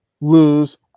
lose